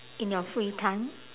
in your free time